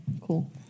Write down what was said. cool